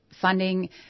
Funding